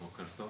בוקר טוב.